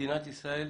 במדינת ישראל